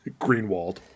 greenwald